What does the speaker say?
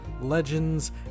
legends